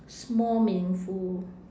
small meaningful